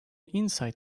insight